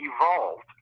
evolved